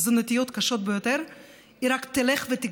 המספר של הילדים שסובלים מאלרגיות תזונתיות קשות ביותר רק ילך ויגדל.